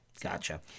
Gotcha